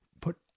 put